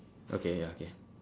okay ya okay